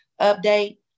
update